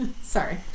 Sorry